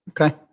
okay